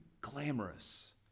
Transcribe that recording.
glamorous